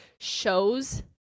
shows